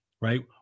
right